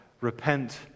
Repent